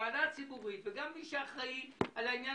הוועדה הציבורית ומי שאחראי על העניין